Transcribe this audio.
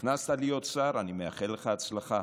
נכנסת להיות שר, אני מאחל לך הצלחה.